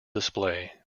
display